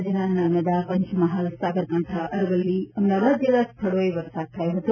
રાજ્યના નર્મદા પંચમહાલ સાબરકાંઠા અરવલ્લી અમદાવાદ જેવા સ્થળોએ વરસાદ થયો હતો